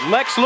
Lex